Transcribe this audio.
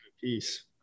Peace